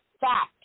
fact